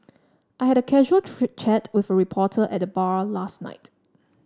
I had a casual chat with a reporter at the bar last night